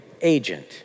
agent